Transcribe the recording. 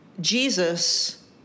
Jesus